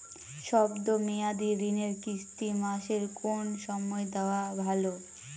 শব্দ মেয়াদি ঋণের কিস্তি মাসের কোন সময় দেওয়া ভালো?